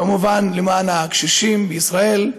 כמובן למען הקשישים בישראל.